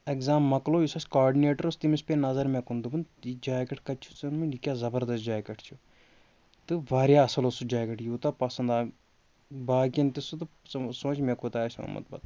exam مَکلو یُس اَسہِ کاڈنیٹَر اوس تٔمِس پے نظر مےٚ کُن دوٚپُن یہِ جاکٮ۪ٹ کَتہِ چھُتھ ژےٚ اوٚنمُت یہِ کیٛاہ زبردس جاکٮ۪ٹ چھُ تہٕ واریاہ اَصٕل اوس سُہ جاکٮ۪ٹ یوٗتاہ پَسَنٛد آو باقِیَن تہِ سُہ تہٕ ژٕ سونٛچ مےٚ کوٗتاہ آسہِ آمُت پَتہٕ